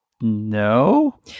No